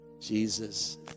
Jesus